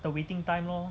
the waiting time lor